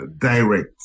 direct